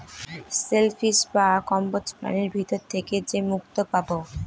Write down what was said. shell fish বা কম্বোজ প্রাণীর ভিতর থেকে যে মুক্তো পাবো